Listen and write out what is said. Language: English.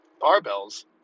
barbells